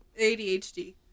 ADHD